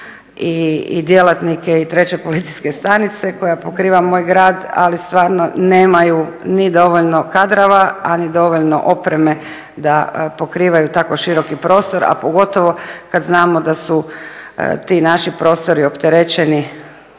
i djelatnike i 3. policijske stanice koja pokriva moj grad, ali stvarno nemaju ni dovoljno kadrova, a ni dovoljno opreme da pokrivaju tako široki prostor, a pogotovo kad znamo da su ti naši prostori opterećeni